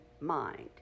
mind